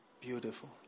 Beautiful